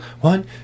One